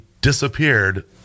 disappeared